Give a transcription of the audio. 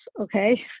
okay